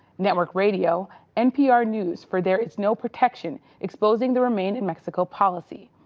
network radio npr news for there is no protection exposing the remain in mexico policy.